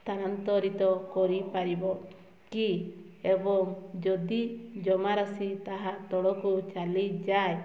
ସ୍ଥାନାନ୍ତରିତ କରିପାରିବ କି ଏବଂ ଯଦି ଜମାରାଶି ତାହା ତଳକୁ ଚାଲିଯାଏ